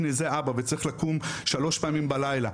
הנה זה אבא וצריך לקום שלוש פעמים בלילה,